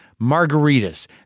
Margaritas